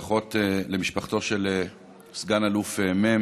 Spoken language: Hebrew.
למשפחתו של סגן אלוף מ',